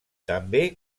també